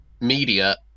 media